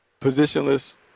positionless